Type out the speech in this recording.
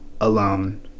alone